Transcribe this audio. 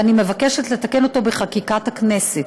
ואני מבקשת לתקן אותו בחקיקת הכנסת.